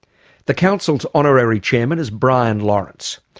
the council's honorary chairman is brian lawrence.